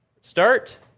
Start